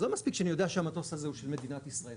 אז לא מספיק שאני יודע שהמטוס הזה הוא של מדינת ישראל,